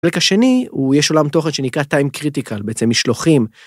ברקע שני הוא יש עולם תוכן שנקרא time critical, בעצם משלוחים.